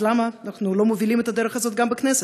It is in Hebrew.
למה אנחנו לא מובילים את הדרך הזאת גם בכנסת?